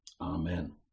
amen